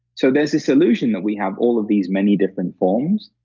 so, there's this illusion that we have all of these many different forms.